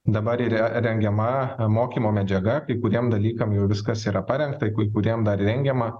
dabar yra rengiama mokymo medžiaga kai kuriem dalykam jau viskas yra parengta kuriem dar rengiama